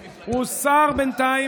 יהיו עוד 1,000. הוא הוסר בינתיים,